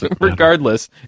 Regardless